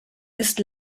ist